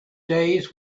days